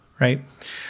right